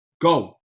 Go